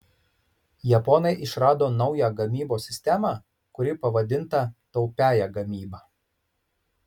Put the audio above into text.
japonai išrado naują gamybos sistemą kuri pavadinta taupiąja gamyba